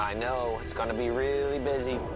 i know. it's gonna be really busy.